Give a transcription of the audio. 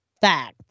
fact